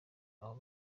abo